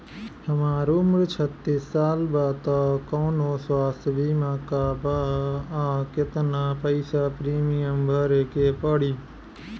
हमार उम्र छत्तिस साल बा त कौनों स्वास्थ्य बीमा बा का आ केतना पईसा प्रीमियम भरे के पड़ी?